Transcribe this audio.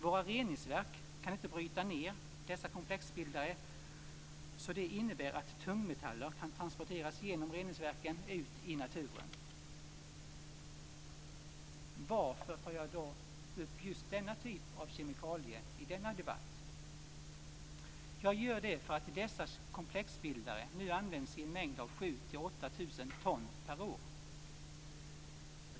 Våra reningsverk kan inte bryta ned dessa komplexbildare, så detta innebär att tungmetaller kan transporteras genom reningsverken ut i naturen. Varför tar jag då upp just denna typ av kemikalie i denna debatt? Jag gör det för att dessa komplexbildare nu används i en mängd av 7 000-8 000 ton per år.